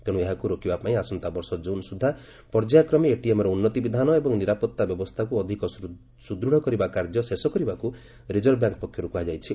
ତେଣୁ ଏହାକୁ ରୋକିବା ପାଇଁ ଆସନ୍ତାବର୍ଷ ଜୁନ୍ ସୁଦ୍ଧା ପର୍ଯ୍ୟାୟକ୍ରମେ ଏଟିଏମ୍ ର ଉନ୍ନତି ବିଧାନ ଏବଂ ନିରାପତ୍ତା ବ୍ୟବସ୍ଥାକୁ ଅଧିକ ସୁଦୃତ୍ କରିବା କାର୍ଯ୍ୟ ଶେଷ କରିବାକୁ ରିଜର୍ଭ ବ୍ୟାଙ୍କ୍ ପକ୍ଷରୁ କୁହାଯାଇଛି